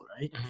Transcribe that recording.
right